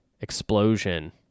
explosion